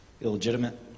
illegitimate